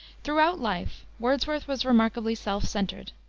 throughout life wordsworth was remarkably self-centered.